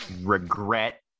regret